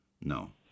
No